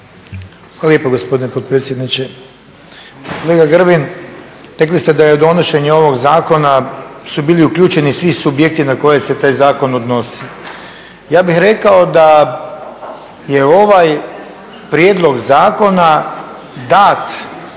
Hvala lijepo gospodine potpredsjedniče. Kolega Grbin rekli ste da je u donošenje ovog zakona su bili uključeni svi subjekti na koje se taj zakon odnosi. Ja bih rekao da je ovaj prijedlog zakona dat